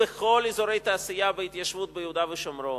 בכל אזורי התעשייה וההתיישבות ביהודה ושומרון,